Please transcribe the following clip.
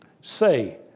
Say